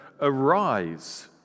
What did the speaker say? Arise